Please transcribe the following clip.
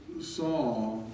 saw